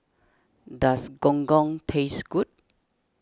does Gong Gong taste good